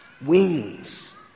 wings